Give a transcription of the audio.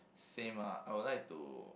same ah I would like to